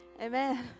Amen